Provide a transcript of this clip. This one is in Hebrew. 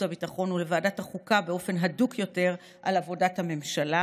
והביטחון ולוועדת החוקה באופן הדוק יותר על עבודת הממשלה,